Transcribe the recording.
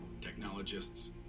technologists